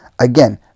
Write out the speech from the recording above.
Again